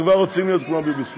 הם כבר רוצים להיות כמו ה-BBC.